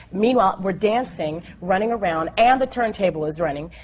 meanwhile, we're dancing, running around, and the turntable is running.